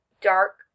dark